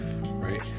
right